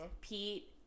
Pete